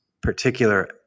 particular